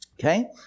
Okay